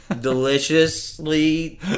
deliciously